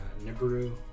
Nibiru